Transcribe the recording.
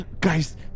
Guys